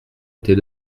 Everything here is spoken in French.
était